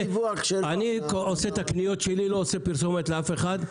בלי פרסומת לאף אחד,